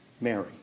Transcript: Mary